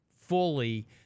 fully